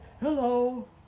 Hello